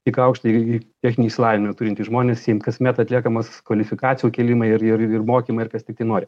tik aukštąjį techninį išsilavinimą turintys žmonės kasmet atliekamas kvalifikacijų kėlimai ir ir mokymai ir kas tiktai nori